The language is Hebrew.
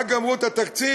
רק גמרו את התקציב,